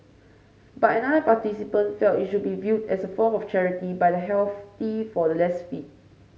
but another participant felt it should be viewed as a form of charity by the healthy for the less fit